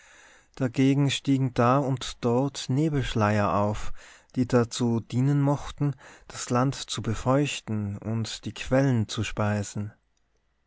dagegen stiegen da und dort nebelschleier auf die dazu dienen mochten das land zu befeuchten und die quellen zu speisen